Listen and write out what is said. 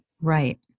Right